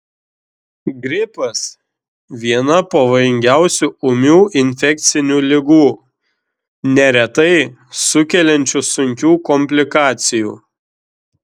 gripas viena pavojingiausių ūmių infekcinių ligų neretai sukeliančių sunkių komplikacijų